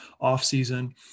off-season